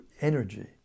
energy